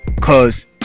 Cause